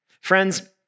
Friends